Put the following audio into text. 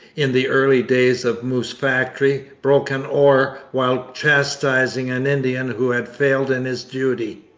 in the early days of moose factory, broke an oar while chastising an indian who had failed in his duty.